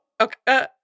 okay